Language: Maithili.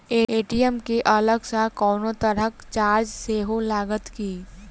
ए.टी.एम केँ अलग सँ कोनो तरहक चार्ज सेहो लागत की?